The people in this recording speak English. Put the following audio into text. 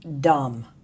dumb